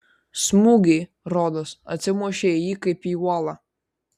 smūgiai rodos atsimušė į jį kaip į uolą